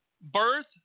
Birth